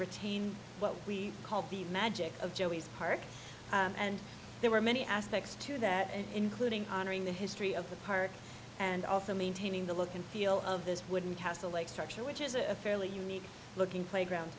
retain what we called the magic of joey's park and there were many aspects to that including honoring the history of the park and also maintaining the look and feel of this wooden castle like structure which is a fairly unique looking playground